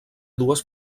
dues